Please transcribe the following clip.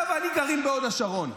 אתה ואני גרים בהוד השרון.